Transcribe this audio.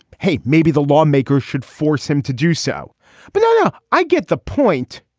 hey maybe the lawmakers should force him to do so but now yeah i get the point.